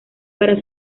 para